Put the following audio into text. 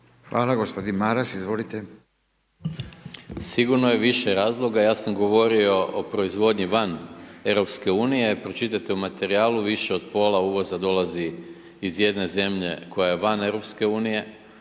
Hvala. Gospodin Maras, izvolite. **Maras, Gordan (SDP)** Sigurno je više razloga. Ja sam govorio o proizvodnji van EU. Pročitajte u materijalu, više od pola uvoza dolazi iz jedne zemlje koja je van EU, koja